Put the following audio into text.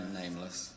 nameless